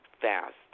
fast